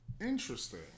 interesting